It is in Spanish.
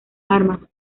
armas